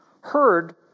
heard